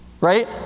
Right